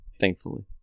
Thankfully